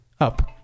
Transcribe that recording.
up